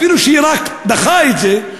אפילו שהוא רק דחה את זה,